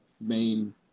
main